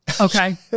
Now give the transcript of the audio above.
okay